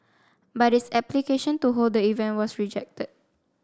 but its application to hold the event was rejected